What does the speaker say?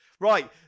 Right